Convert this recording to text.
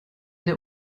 der